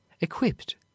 equipped